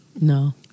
No